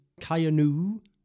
Kayanu